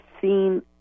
seen